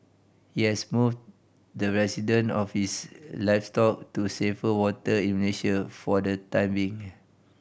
he has moved the resident of his livestock to safer water in Malaysia for the time being